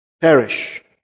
perish